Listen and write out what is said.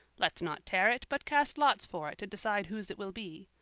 let's not tear it, but cast lots for it to decide whose it will be,